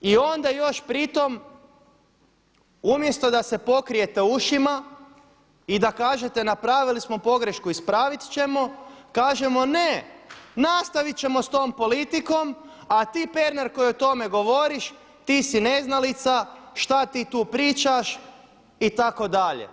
I onda još pri tome, umjesto da se pokrijete ušima i da kažete napravili smo pogrešku, ispraviti ćemo, kažemo ne, nastaviti ćemo s tom politikom a ti Pernar koji o tome govoriš ti si neznalica, šta ti tu pričaš itd.